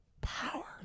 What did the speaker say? Power